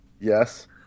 Yes